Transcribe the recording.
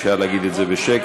אפשר להגיד את זה בשקט.